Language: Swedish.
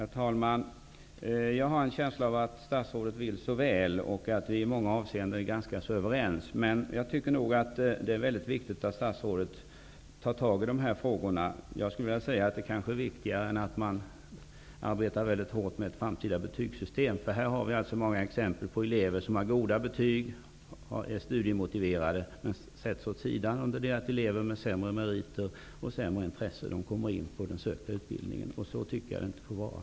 Herr talman! Jag har en känsla av att statsrådet vill så väl och att vi i många avseenden är ganska överens. Men jag tycker nog att det är väldigt viktigt att statsrådet tar itu med dessa frågor. Jag skulle vilja säga att det kanske är viktigare än att arbeta väldigt hårt med ett framtida betygssystem. Här har vi alltså många exempel på hur elever som har goda betyg och är studiemotiverade sätts åt sidan under det att elever med sämre meriter och sämre intressen inte kommer in på den utbildning som de sökt till. Så tycker jag inte att det får vara.